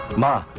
mother